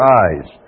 eyes